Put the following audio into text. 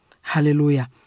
Hallelujah